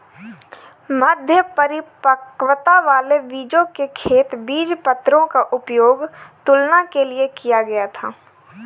मध्य परिपक्वता वाले बीजों के खेत बीजपत्रों का उपयोग तुलना के लिए किया गया था